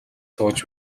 сууж